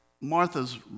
Martha's